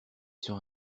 sur